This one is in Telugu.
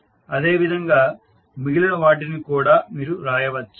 అదేవిధంగా మిగిలిన వాటికి కూడా మీరు వ్రాయవచ్చు